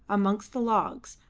amongst the logs,